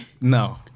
no